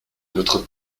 notre